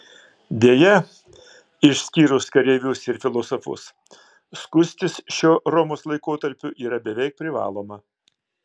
deja išskyrus kareivius ir filosofus skustis šiuo romos laikotarpiu yra beveik privaloma